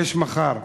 יש מחר.